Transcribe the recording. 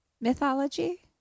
mythology